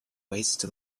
waste